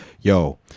yo